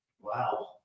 Wow